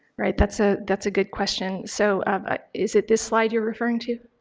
right, that's ah that's a good question. so um is it this slide you're referring to?